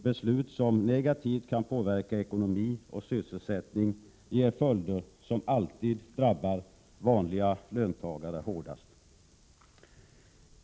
Beslut som negativt kan påverka ekonomi och sysselsättning ger följder som alltid drabbar vanliga löntagare hårdast.